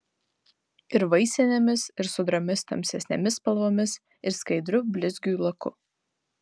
ir vaisinėmis ir sodriomis tamsesnėmis spalvomis ir skaidriu blizgiui laku